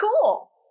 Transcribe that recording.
cool